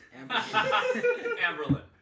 amberlin